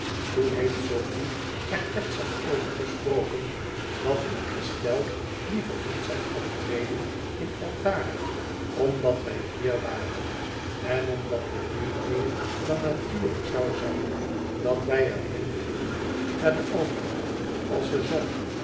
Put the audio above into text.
toen heeft sofie er edzard over gesproken dat ik estelle liever niet zag optreden in altara omdat wij hier waren en omdat het niet meer dan natuurlijk zoû zijn dat wij er heengingen naar de opera als ze zong